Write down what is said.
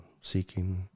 seeking